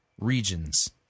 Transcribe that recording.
regions